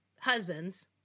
husbands